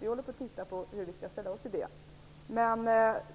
Vi håller nu på att se över denna fråga.